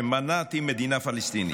"שמנעתי, מדינה פלסטינית".